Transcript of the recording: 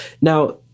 Now